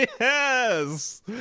Yes